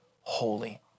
holy